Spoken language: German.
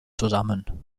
zusammen